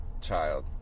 child